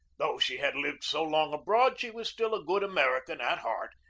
though she had lived so long abroad she was still a good american at heart,